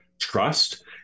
trust